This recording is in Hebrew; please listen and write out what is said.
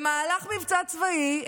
במהלך מבצע צבאי,